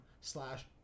slash